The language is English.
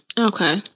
Okay